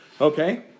okay